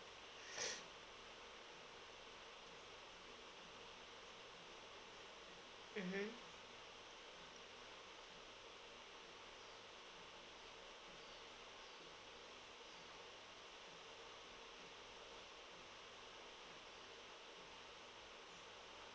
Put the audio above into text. mmhmm